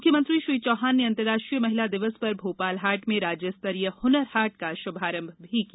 मुख्यमंत्री श्री चौहान ने अंतर्राष्ट्रीय महिला दिवस पर भोपाल हाट में राज्य स्तरीय हुनर हाट का शुभारंभ भी किया